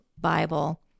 Bible